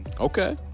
Okay